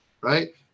right